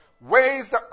ways